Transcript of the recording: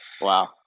wow